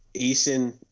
Eason